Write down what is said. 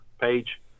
page